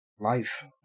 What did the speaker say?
life